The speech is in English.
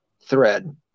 thread